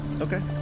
Okay